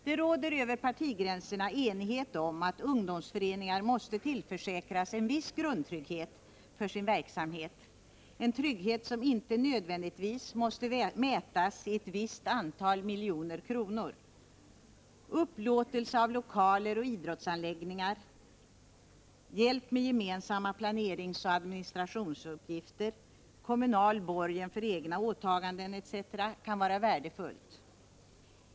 Det råder enighet över partigränserna om att ungdomsföreningar måste tillförsäkras en viss grundtrygghet för sin verksamhet, en trygghet som inte nödvändigtvis måste mätas i ett visst antal miljoner kronor. Upplåtelse av lokaler och idrottsanläggningar, hjälp med gemensamma planeringsoch administrationsuppgifter, kommunal borgen för egna åtaganden, etc. kan vara värdefullt.